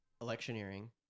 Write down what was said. Electioneering